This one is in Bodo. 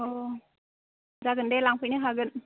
अ जागोन दे लांफैनो हागोन